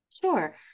Sure